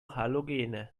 halogene